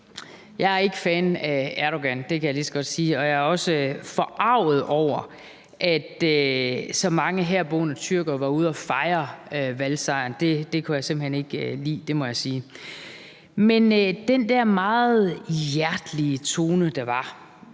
Jeg er ikke fan af Erdogan. Det kan jeg lige så godt sige, og jeg er også forarget over, at så mange herboende tyrkere var ude at fejre valgsejren. Det kunne jeg simpelt hen ikke lide. Det må jeg sige. Men på grund af den der meget hjertelige tone, der var,